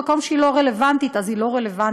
במקום שהיא לא רלוונטית אז היא לא רלוונטית.